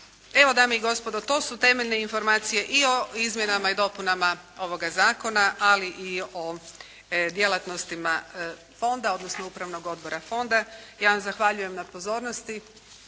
Evo dame i gospodo to su temeljne informacije i o izmjenama i dopunama ovoga zakona, ali i o djelatnostima fonda, odnosno upravnog odbora fonda. Ja vam zahvaljujem na pozornosti